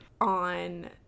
on